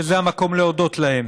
שזה המקום להודות להם.